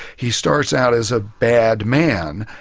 he starts out as a bad man,